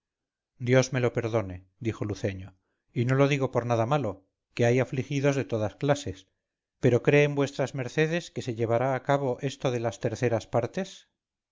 dios me lo perdone dijo luceño y no lo digo por nada malo que hay afligidos de todas clases pero creen vuestras mercedes que se llevará a cabo esto de las tercera partes